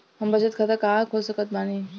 हम बचत खाता कहां खोल सकत बानी?